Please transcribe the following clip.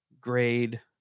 grade